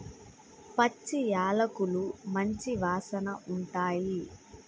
పచ్చి యాలకులు మంచి వాసన ఉంటాయి